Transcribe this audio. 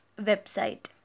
website